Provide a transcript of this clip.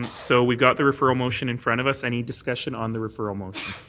so we've got the referral motion in front of us. any discussion on the referral motion?